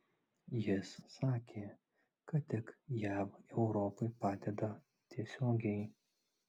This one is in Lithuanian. jis sakė kad tik jav europai padeda tiesiogiai